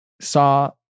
saw